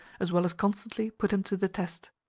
as well as constantly put him to the test.